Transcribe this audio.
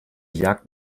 jagd